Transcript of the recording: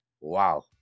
Wow